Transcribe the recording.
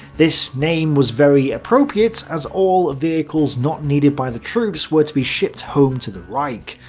this name was very appropriate, as all vehicles not needed by the troops were to be shipped home to the reich.